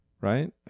right